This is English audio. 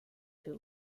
too